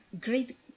great